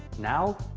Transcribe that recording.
now,